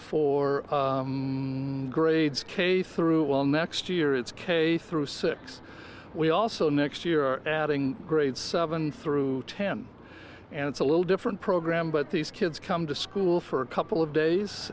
for grades k through all next year it's k through six we also next year adding grades seven through ten and it's a little different program but these kids come to school for a couple of days